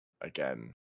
again